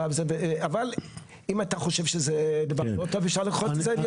אבל אם אתה חושב שזה דבר לא טוב אפשר לדחות את זה.